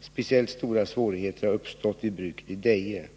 Speciellt stora svårigheter har uppstått vid bruket i Deje.